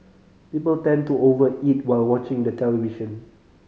people tend to over eat while watching the television